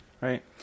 right